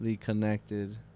connected